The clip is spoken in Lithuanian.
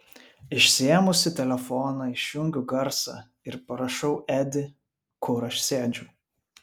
išsiėmusi telefoną išjungiu garsą ir parašau edi kur aš sėdžiu